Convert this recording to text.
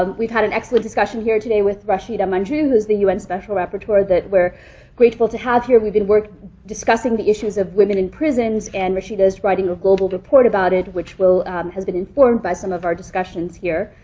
um we've had an excellent discussion here today with rashida manjoo, who's the un special rapporteur that we're grateful to have here. we've been discussing the issues of women in prisons, and rashida is writing a global report about it, which has been informed by some of our discussions here.